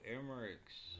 Emmerichs